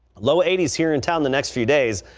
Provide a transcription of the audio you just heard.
low eighty s here in town the next few days.